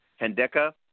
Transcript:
Hendeka